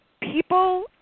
People